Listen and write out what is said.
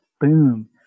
boom